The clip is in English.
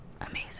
Amazing